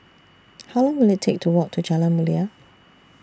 How Long Will IT Take to Walk to Jalan Mulia